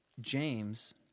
James